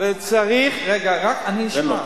אני אשמע.